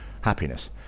happiness